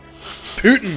Putin